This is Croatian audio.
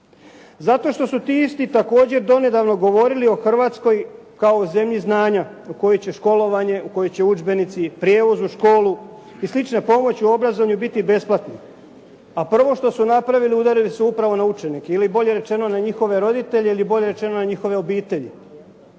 Zato što su ti isti donedavno također govorili o Hrvatskoj kao o zemlji znanja u kojoj će školovanje, u kojoj će udžbenici, prijevoz u školu i sliče pomoći u obrazovanju jednostavno biti besplatni. A prvo što su napravili udarili su upravo na učenike ili bolje rečeno na njihove roditelje ili bolje rečeno na njihove obitelji.